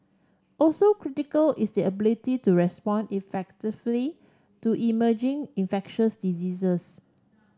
also critical is the ability to respond effectively to emerging infectious diseases